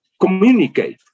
communicate